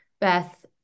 Beth